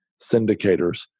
syndicators